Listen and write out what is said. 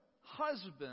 husband